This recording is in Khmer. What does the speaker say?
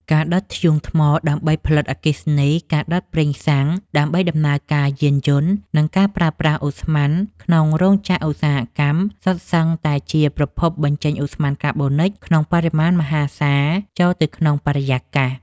ការដុតធ្យូងថ្មដើម្បីផលិតអគ្គិសនី ការដុតប្រេងសាំងដើម្បីដំណើរការយានយន្ត និងការប្រើប្រាស់ឧស្ម័នក្នុងរោងចក្រឧស្សាហកម្ម សុទ្ធសឹងតែជាប្រភពបញ្ចេញឧស្ម័នកាបូនិក ក្នុងបរិមាណមហាសាលចូលទៅក្នុងបរិយាកាស។